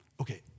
Okay